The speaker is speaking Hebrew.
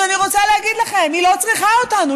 אז אני רוצה להגיד לכם: היא לא צריכה אותנו,